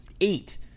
eight